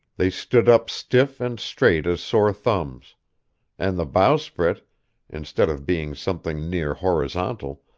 they stood up stiff and straight as sore thumbs and the bowsprit, instead of being something near horizontal,